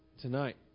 tonight